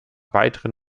weiteren